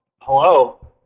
Hello